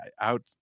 out